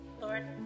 Lord